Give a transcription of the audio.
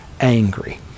angry